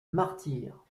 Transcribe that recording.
martyr